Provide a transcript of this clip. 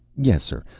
yes, sir.